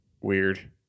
weird